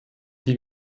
die